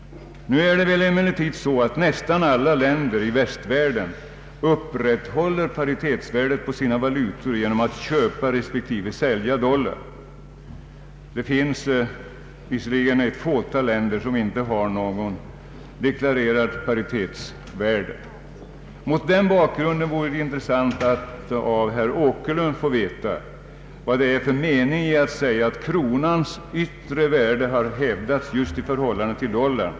Nu är det väl emellertid så att nästan alla länder i västvärlden upprätthåller paritetsvärdet på sina valutor genom att köpa respektive sälja dollar — det finns dock ett fåtal länder som inte har något deklarerat paritetsvärde. Mot den bakgrunden vore det intressant att av herr Åkerlund få veta vad det är för mening i att säga att kronans yttre värde har hävdats just i förhållande till dollarn.